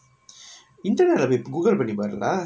internet leh போய்:poi Google பண்ணி பாருடா:panni paarudaa